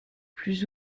plus